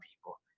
people